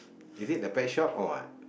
is it a pet shop or what